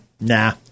nah